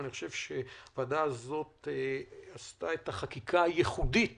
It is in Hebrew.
אני חושב שהוועדה הזאת עשתה את החקיקה הייחודית